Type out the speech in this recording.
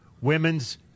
women's